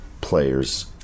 players